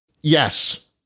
Yes